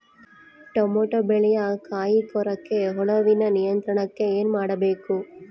Tomato ಬೆಳೆಯ ಕಾಯಿ ಕೊರಕ ಹುಳುವಿನ ನಿಯಂತ್ರಣಕ್ಕೆ ಏನು ಮಾಡಬೇಕು?